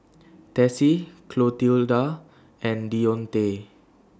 Tessie Clotilda and Deontae